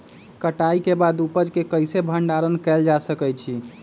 कटाई के बाद उपज के कईसे भंडारण कएल जा सकई छी?